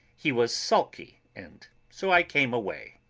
he was sulky, and so i came away.